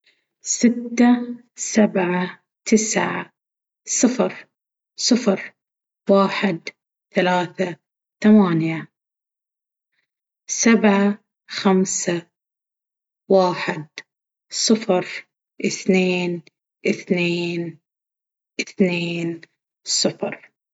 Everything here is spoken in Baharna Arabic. ستة سبعة تسعة صفر صفر واحد ثلاثة ثمانية. سبعة خمسة واحد صفر اثنين اثنين اثنين صفر